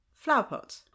flowerpot